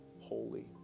holy